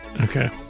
Okay